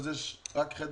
אז יש רק חדר